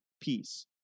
peace